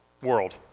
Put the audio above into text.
world